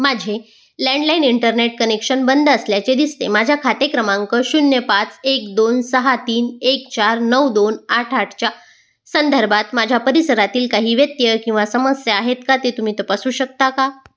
माझे landline internet connection बंद असल्याचे दिसते माझ्या खाते क्रमांक शून्य पाच एक दोन सहा तीन एक चार नऊ दोन आठ आठच्या संदर्भात माझ्या परिसरातील काही व्यत्यय किंवा समस्या आहेत का ते तुम्ही तपासू शकता का